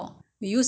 that's why